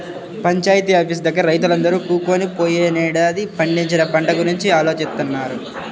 panchayat office దగ్గర రైతులందరూ కూకొని పోయినేడాది పండించిన పంట గురించి ఆలోచిత్తన్నారు